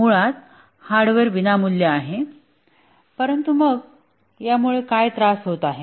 मुळात हार्डवेअर विनामूल्य आहे परंतु मग यामुळे काय त्रास होत आहे